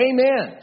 Amen